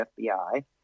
FBI